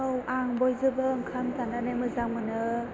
औ आं बयजोंबो ओंखाम जानानै मोजां मोनो